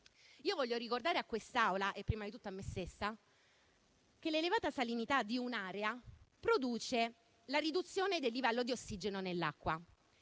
Io voglio ricordare a quest'Aula - e prima di tutto a me stessa - che l'elevata salinità di un'area produce la riduzione del livello di ossigeno nell'acqua.